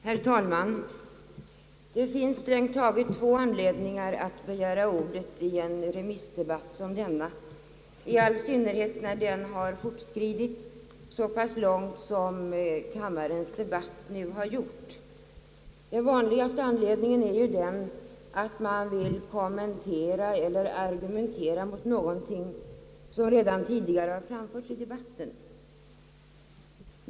Herr talman! Det finns två anledningar till att man begär ordet i en remissdebatt när den har fortskridit så långt som kammarens debatt nu har gjort. Den vanligaste anledningen är att man vill kommentera eller argumentera mot någonting som redan tidigare har anförts i debatten.